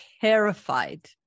terrified